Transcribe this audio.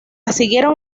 siguieron